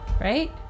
Right